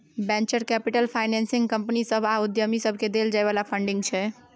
venture capital financing company सभ आ उद्यमी सबकेँ देल जाइ बला फंडिंग छै